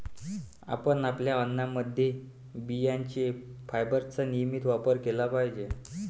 आपण आपल्या अन्नामध्ये बियांचे फायबरचा नियमित वापर केला पाहिजे